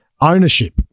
Ownership